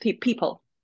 people